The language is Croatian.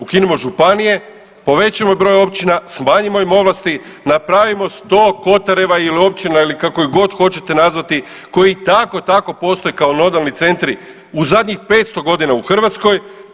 Ukinimo županije, povećajmo broj općina, smanjimo im ovlasti, napravimo 100 kotareva ili općina ili kako ih god hoćete nazvati koji i tako tako postoje kao normalni centri u zadnjih 500 godina u Hrvatskoj.